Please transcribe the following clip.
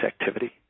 activity